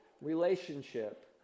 relationship